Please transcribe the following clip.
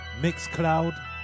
Mixcloud